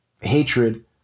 hatred